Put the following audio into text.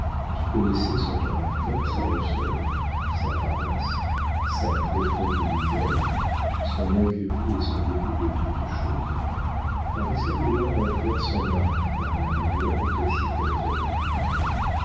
qui connaissait son caractère sans ressort sa paresse sa profonde misère son incurie et son dégoût de toutes choses paraissait vouloir en faire son mari par la manière dont elle s'y prenait avec lui